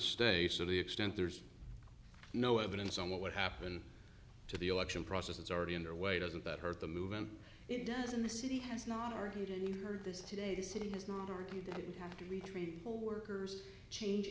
states to the extent there's no evidence on what would happen to the election process that's already underway doesn't that hurt the movement it does in the city has not argued and you heard this today the city has not argued that it would have to retrain all workers change